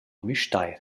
müstair